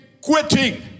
quitting